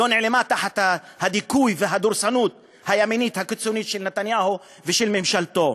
לא נעלמה תחת הדיכוי והדורסנות הימנית הקיצונית של נתניהו ושל ממשלתו.